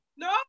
No